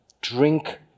Drink